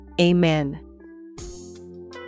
Amen